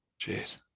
Jeez